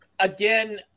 Again